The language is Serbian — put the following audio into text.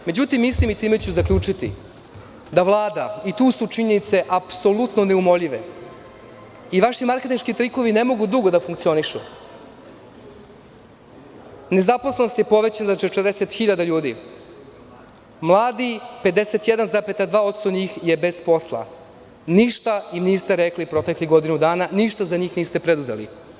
Mislim, time ću zaključiti, da Vlada i tu su činjenice neumoljive i vaši marketinški trikovi ne mogu dugo da funkcionišu, nezaposlenost je povećana na 40 hiljada ljudi, mladi - 51,2% njih je bez posla, ništa im niste rekli proteklih godinu dana, ništa za njih niste preduzeli.